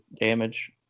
damage